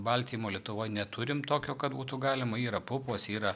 baltymo lietuvoj neturim tokio kad būtų galima yra pupos yra